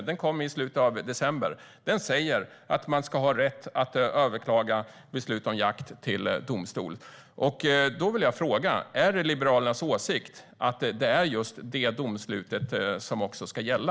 Den kom i slutet av december 2015 och säger att man ska ha rätt att överklaga jaktbeslut till domstol. Är det Liberalernas åsikt att detta domslut ska gälla?